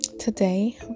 Today